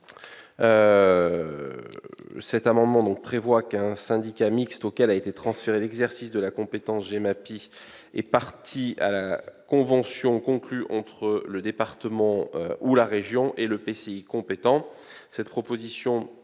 rectifié vise à prévoir qu'un syndicat mixte auquel a été transféré l'exercice de la compétence GEMAPI est partie à la convention conclue entre le département ou la région et l'EPCI compétent. Cette proposition